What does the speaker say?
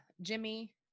Jimmy